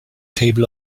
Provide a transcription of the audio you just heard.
table